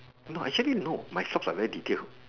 no actually no my socks are very detailed